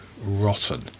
rotten